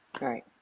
Right